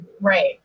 Right